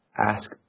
ask